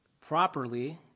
properly